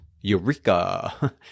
Eureka